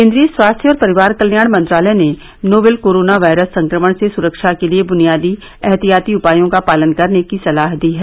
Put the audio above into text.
केन्द्रीय स्वास्थ्य और परिवार कल्याण मंत्रालय ने नोवल कोरोना वायरस संक्रमण से सुरक्षा के लिए बुनियादी एहतियाती उपायों का पालन करने की सलाह दी है